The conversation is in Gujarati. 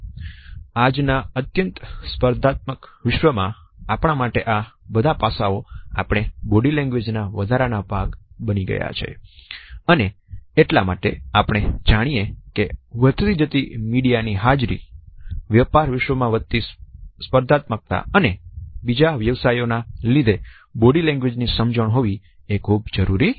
પરંતુ આજના અત્યંત સ્પર્ધાત્મક વિશ્વમાં આપણા માટે આ બધા પાસા એ આપણી બોડી લેંગ્વેજ ના વધારાના ભાગ બની ગયાઅને એટલા માટે આપણે જાણીએ કે વધતી જતી મીડિયા ની હાજરી વ્યાપાર વિશ્વમાં વધતી સ્પર્ધાત્મકતા અને બીજા વ્યવસાયો ના લીધે બોડી લેંગ્વેજ ની સમજણ હોવી એ ખુબ જ જરૂરી છે